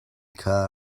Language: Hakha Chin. kha